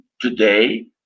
today